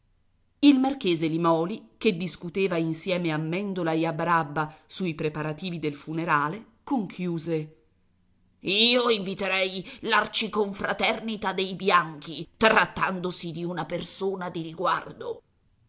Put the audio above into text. il marchese limòli che discuteva insieme a mèndola e a barabba sui preparativi del funerale conchiuse io inviterei l'arciconfraternita dei bianchi trattandosi di una persona di riguardo